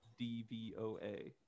DVOA